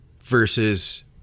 versus